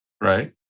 right